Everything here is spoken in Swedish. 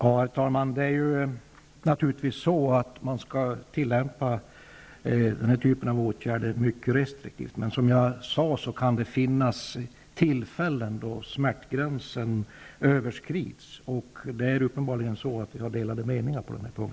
Herr talman! Man skall naturligvis tillämpa den här typen av åtgärder mycket restriktivt. Men det kan som jag tidigare sade finnas tillfällen när smärtgränsen överskrids. Det är uppenbarligen så, att vi har delade me ningar på den punkten.